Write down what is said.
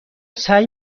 سعی